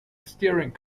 steering